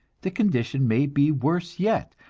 the condition may be worse yet,